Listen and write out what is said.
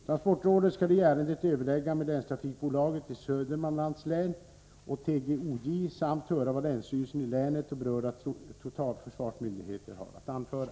Transportrådet skall i ärendet överlägga med länstrafikbolaget i Södermanlands län och TGOJ samt höra vad länsstyrelsen i länet och berörda totalförsvarsmyndigheter har att anföra.